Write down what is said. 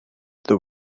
the